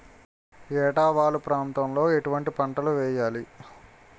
ఏటా వాలు ప్రాంతం లో ఎటువంటి పంటలు వేయాలి?